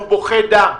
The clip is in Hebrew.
הוא בוכה דם.